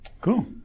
Cool